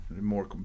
more